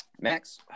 Max